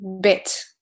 bit